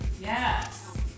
Yes